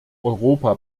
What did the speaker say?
europa